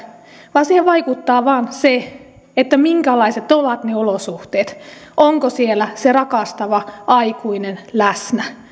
vaan siihen vaikuttaa vain se minkälaiset ovat ne olosuhteet onko siellä se rakastava aikuinen läsnä